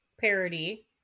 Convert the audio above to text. parody